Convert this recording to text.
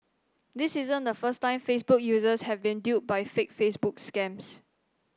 this isn't the first time Facebook users have been duped by fake Facebook scams